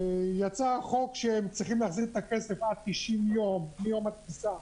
יצא חוק שהם צריכים להחזיר את הכסף עד 90 יום מיום הטיסה